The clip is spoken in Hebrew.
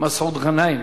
מסעוד גנאים.